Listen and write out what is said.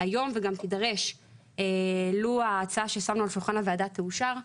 היום וגם תידרש לו ההצעה ששמנו על שולחן הוועדה תאושר,